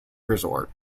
resort